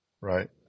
right